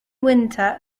winter